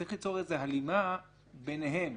צריך ליצור הלימה ביניהם.